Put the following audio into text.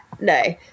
no